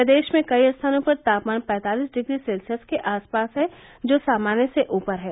प्रदेश में कई स्थानों पर तापमान पैंतालिस डिग्री सेल्सियस के आस पास है जो सामान्य से ऊपर है